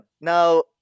Now